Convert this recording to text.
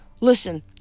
Listen